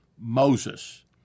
Moses